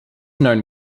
known